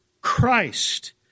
Christ